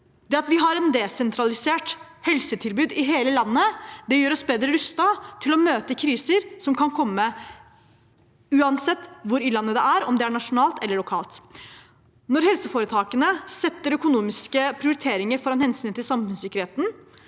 Det at vi har et desentralisert helsetilbud i hele lan det gjør oss bedre rustet til å møte kriser som kan komme, uansett hvor i landet det er, og om det er nasjonalt eller lokalt. Når helseforetakene setter økonomiske prioriteringer foran hensynet til samfunnssikkerheten